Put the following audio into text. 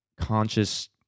conscious